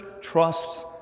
trusts